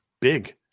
big